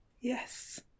Yes